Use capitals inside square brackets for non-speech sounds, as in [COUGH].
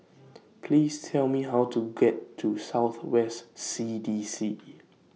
[NOISE] Please Tell Me How to get to South West C D C